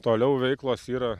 toliau veiklos yra